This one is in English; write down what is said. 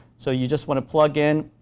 so, you just want to plug in,